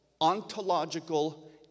ontological